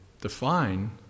define